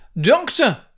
Doctor